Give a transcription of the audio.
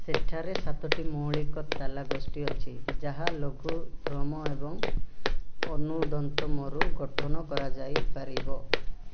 ସେଠାରେ ସାତଟି ମୌଳିକ ତାଲା ଗୋଷ୍ଠୀ ଅଛି ଯାହା ଲଘୁ ଧର୍ମ ଏବଂ ଅନୁଧନ୍ତମରୁ ଗଠନ କରାଯାଇ ପାରିବ